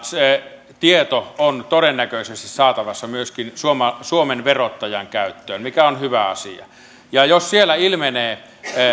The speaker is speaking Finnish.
se tieto on todennäköisesti saatavissa myöskin suomen verottajan käyttöön mikä on hyvä asia jos siellä ilmenee